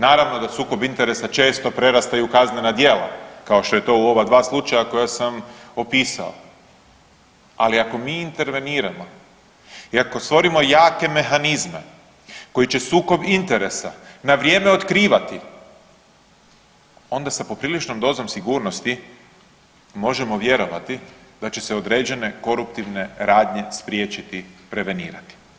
Naravno da sukob interesa često prerasta i u kaznena djela kao što je to u ova dva slučaja koja sam opisao, ali ako mi interveniramo i ako stvorimo jake mehanizme koji će sukob interesa na vrijeme otkrivati onda sa popriličnom dozom sigurnosti možemo vjerovati da će se određene koruptivne radnje spriječiti preveniraiti.